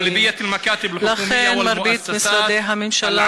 לכן, מרבית משרדי הממשלה